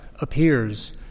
appears